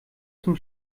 zum